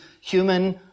human